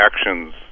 actions